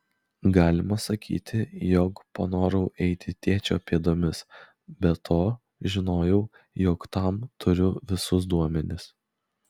galima sakyti jog panorau eiti tėčio pėdomis be to žinojau jog tam turiu visus duomenis